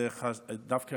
ודווקא